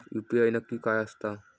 UPI नक्की काय आसता?